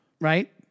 right